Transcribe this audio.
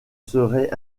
serait